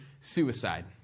suicide